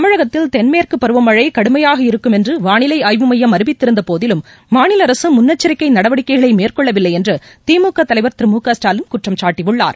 தமிழகத்தில் தென்மேற்கு பருவமழை கடுமையாக இருக்கும் என்று வானிலை ஆய்வு மையம் அறிவித்திருந்த போதிலும் மாநில அரசு முன்னெச்சரிக்கை நடவடிக்கைகளை மேற்கொள்ளவில்லை என்று திமுக தலைவர் திரு மு க ஸ்டாலின் குற்றம்சாட்டியுள்ளார்